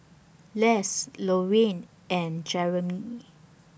Les Lorraine and Jeramy